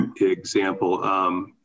example